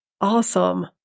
Awesome